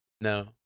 No